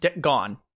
Gone